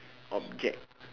object